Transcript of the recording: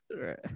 Right